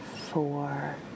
four